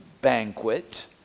banquet